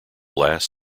last